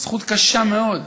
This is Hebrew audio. זכות קשה מאוד: